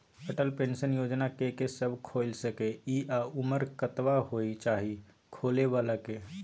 Atal pension योजना के के सब खोइल सके इ आ उमर कतबा होय चाही खोलै बला के?